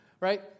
Right